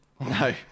No